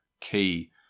key